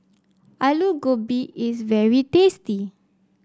Aloo Gobi is very tasty